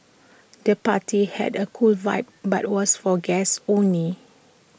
the party had A cool vibe but was for guests only